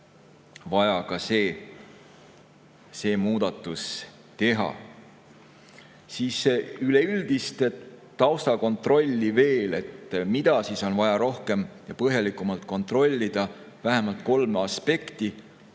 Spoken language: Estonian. vaja ka see muudatus teha. Üleüldisest taustakontrollist veel. Mida on siis vaja rohkem ja põhjalikumalt kontrollida? Vähemalt kolme aspekti: